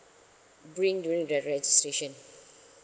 bring during the registration